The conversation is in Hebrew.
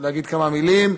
להגיד כמה מילים.